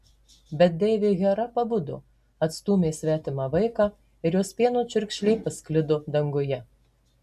bet deivė hera pabudo atstūmė svetimą vaiką ir jos pieno čiurkšlė pasklido danguje